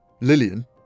Lillian